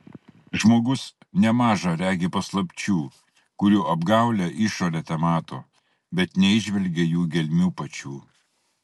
žmogus nemaža regi paslapčių kurių apgaulią išorę temato bet neįžvelgia jų gelmių pačių